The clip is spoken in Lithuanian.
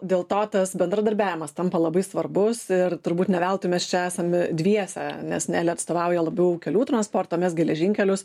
dėl to tas bendradarbiavimas tampa labai svarbus ir turbūt ne veltui mes čia esam dviese nes neli atstovauja labiau kelių transportą o mes geležinkelius